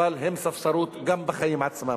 אבל ספסרות גם בחיים עצמם.